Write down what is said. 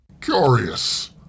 Curious